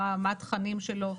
מה התכנים שלו,